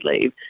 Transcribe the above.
leave